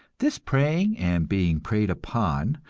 this preying and being preyed upon,